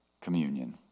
communion